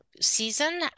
season